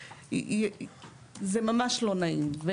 זה ממש לא נעים.